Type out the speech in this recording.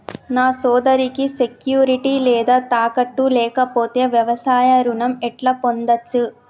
నా సోదరికి సెక్యూరిటీ లేదా తాకట్టు లేకపోతే వ్యవసాయ రుణం ఎట్లా పొందచ్చు?